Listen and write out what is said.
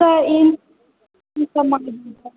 sir इन इन सब